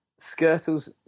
Skirtle's